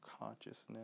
consciousness